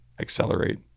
accelerate